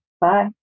Bye